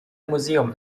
museum